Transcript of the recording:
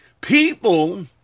people